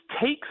takes